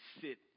sit